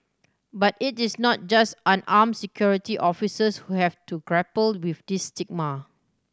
but it is not just unarmed Security Officers who have to grapple with this stigma